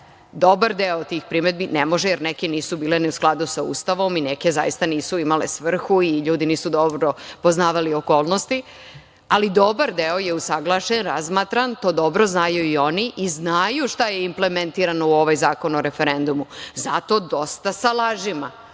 dobar deo tih primedbi ne može, jer neki nisu bili ni u skladu sa Ustavom i neki zaista nisu imali svrhu i ljudi nisu dobro poznavali okolnosti, ali dobar deo je usaglašen, razmatran. To dobro znaju i oni i znaju šta je implementirano u ovaj Zakon o referendumu. Zato dosta sa lažima.